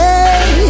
Hey